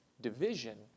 division